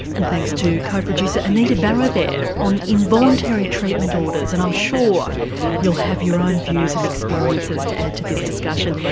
and thanks to co-producer anita barraud there on involuntary treatment orders, and i'm sure you'll have your own views and experiences to add to this discussion.